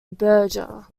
berger